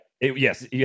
Yes